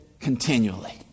continually